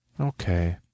Okay